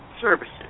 services